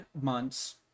months